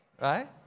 right